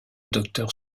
docteur